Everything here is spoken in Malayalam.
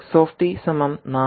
5